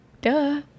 Duh